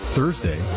Thursday